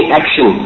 action